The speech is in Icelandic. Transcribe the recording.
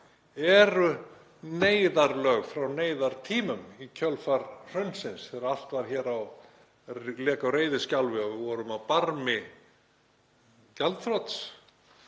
eru neyðarlög frá neyðartímum í kjölfar hrunsins þegar allt lék hér á reiðiskjálfi og við vorum á barmi gjaldþrots